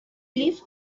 cliff